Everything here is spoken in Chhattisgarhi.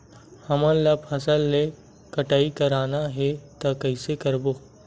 हमन ला फसल के कटाई करना हे त कइसे करबो?